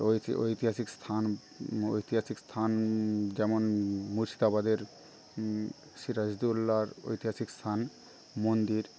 ঐতিহাসিক স্থান ঐতিহাসিক স্থান যেমন মুর্শিদাবাদের সিরাজদৌল্লার ঐতিহাসিক স্থান মন্দির